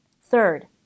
Third